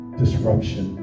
disruption